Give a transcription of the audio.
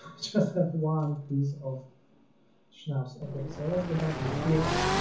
just have one piece of snaps okay so let's go back to here and